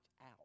out